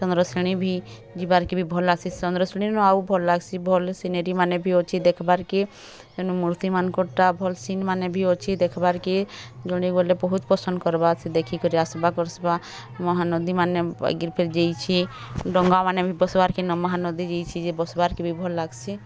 ଚନ୍ଦ୍ରଶେଣି ଭି ଯିବାର୍କେ ଭି ଭଲ୍ ଲାଗ୍ସି ଚନ୍ଦ୍ରଶେଣିନୁ ଆଉ ଭଲ୍ ଲାଗ୍ସି ଭଲ୍ ସିନେରୀମାନେ ବି ଅଛି ଦେଖବାର୍କେ ସେନୁ ମୂର୍ତିମାନଙ୍କର୍ଟା ଭଲ୍ ସିନ୍ ମାନେ ବି ଅଛି ଦେଖବାର୍କେ ଜଣେ ଗଲେ ବହୁତ୍ ପସନ୍ଦ୍ କର୍ବା ସେ ଦେଖିକରି ଆସ୍ ବା କରସୁବା ମହାନଦୀମାନେ ଏଘିର୍ ଫେର୍ ଯାଇଛି ଡ଼ଙ୍ଗାମାନେ ଭି ବଶ୍ ବାର୍ କେନ୍ ମହାନଦୀକେ ଯାଇଛି ଯେ ବଶ୍ ବାର୍କେ ଭି ଭଲ୍ ଲାଗ୍ସି